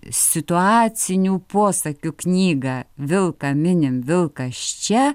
situacinių posakių knygą vilką minim vilkas čia